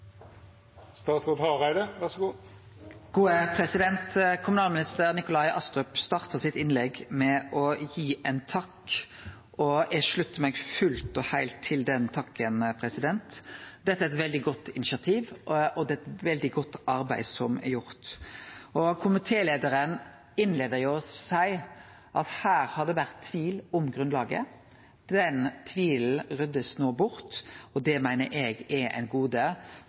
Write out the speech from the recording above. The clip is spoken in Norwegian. den takken. Dette er eit veldig godt initiativ, og det er eit veldig godt arbeid som er gjort. Komitéleiaren innleidde med å seie at her har det vore tvil om grunnlaget. Den tvilen blir no rydda bort, og det meiner eg er eit gode